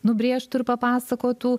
nubrėžtų ir papasakotų